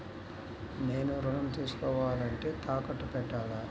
నేను ఋణం తీసుకోవాలంటే తాకట్టు పెట్టాలా?